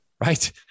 right